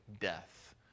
death